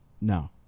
No